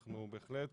אנחנו בהחלט